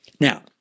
Now